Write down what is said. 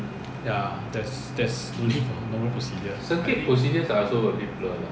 ya that's that's no need for normal procedure I think